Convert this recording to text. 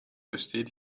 besteht